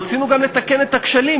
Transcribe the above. רצינו גם לתקן את הכשלים,